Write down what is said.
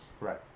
Right